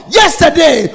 yesterday